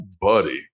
buddy